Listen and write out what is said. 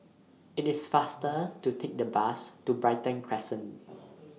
IT IS faster to Take The Bus to Brighton Crescent